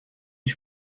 die